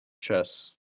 Chess